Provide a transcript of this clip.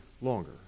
longer